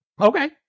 Okay